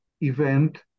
event